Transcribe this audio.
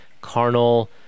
carnal